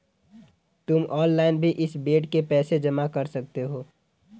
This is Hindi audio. तुम ऑनलाइन भी इस बेड के पैसे जमा कर सकते हो